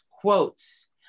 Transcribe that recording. quotes